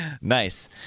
Nice